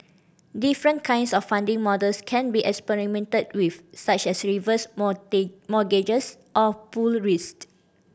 different kinds of funding models can be experimented with such as reverse mortgages or pooled risk